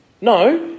No